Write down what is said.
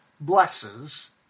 blesses